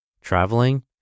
Traveling